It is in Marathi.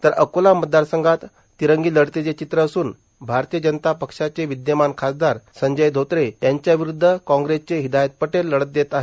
तर अकोला मतदारसंघात तिरंगी लढतीचे चित्र असून भारतीय जनता पक्षाचे विद्यमान खासदार संजय धोत्रे यांच्याविरूद्ध काँग्रेसचे हिदायत पटेल लढत देत आहेत